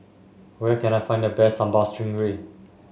where can I find the best Sambal Stingray